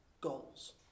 goals